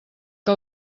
que